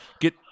get